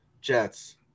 Jets